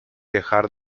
dejar